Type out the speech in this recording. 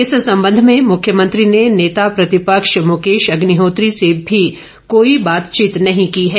इस संबंध में मुख्यमंत्री ने नेता प्रतिपक्ष मुकेश अग्निहोत्री से भी कोई बातचीत नहीं की है